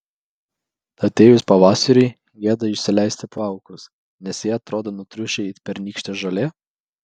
atėjus pavasariui gėda išsileisti plaukus nes jie atrodo nutriušę it pernykštė žolė